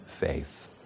faith